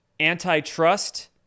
antitrust